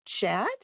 chat